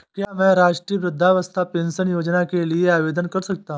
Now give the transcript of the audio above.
क्या मैं राष्ट्रीय वृद्धावस्था पेंशन योजना के लिए आवेदन कर सकता हूँ?